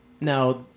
Now